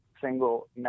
single